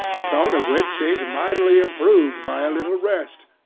the tone of which seemed mightily improved by a little rest,